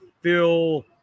feel